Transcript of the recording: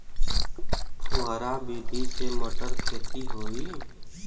फुहरा विधि से मटर के खेती होई